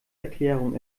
erklärung